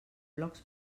blocs